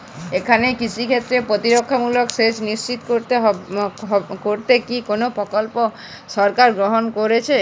এখানে কৃষিক্ষেত্রে প্রতিরক্ষামূলক সেচ নিশ্চিত করতে কি কোনো প্রকল্প সরকার গ্রহন করেছে?